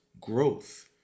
growth